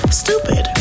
stupid